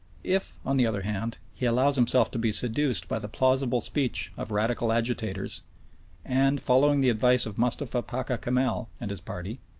if, on the other hand, he allows himself to be seduced by the plausible speech of radical agitators and, following the advice of mustapha pacha kamel and his party,